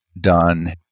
done